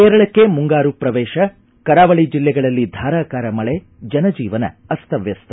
ಕೇರಳಕ್ಕೆ ಮುಂಗಾರು ಪ್ರವೇಶ ಕರಾವಳಿ ಜಿಲ್ಲೆಗಳಲ್ಲಿ ಧಾರಾಕಾರ ಮಳೆ ಜನಜೀವನ ಅಸ್ತವ್ಯಸ್ತ